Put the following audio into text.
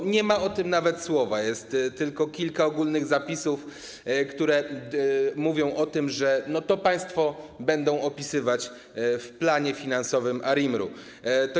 A nie ma o tym nawet słowa, jest tylko kilka ogólnych zapisów, które mówią o tym, że państwo będą to opisywać w planie finansowym ARiMR-u.